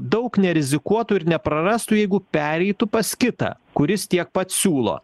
daug nerizikuotų ir neprarastų jeigu pereitų pas kitą kuris tiek pats siūlo